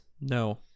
No